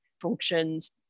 functions